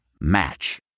Match